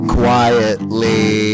quietly